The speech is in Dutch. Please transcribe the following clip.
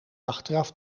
achteraf